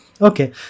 okay